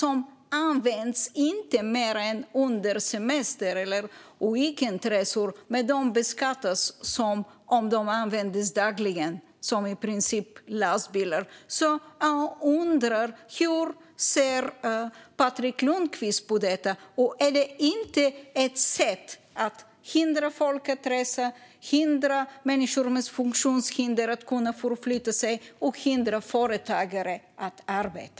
De används inte mer än under semester eller weekendresor. Men de beskattas som om de användes dagligen som i princip lastbilar. Jag undrar: Hur ser Patrik Lundqvist på detta? Är det inte ett sätt att hindra människor att resa, att hindra människor med funktionshinder att förflytta sig och hindra företagare att arbeta?